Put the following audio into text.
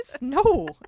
No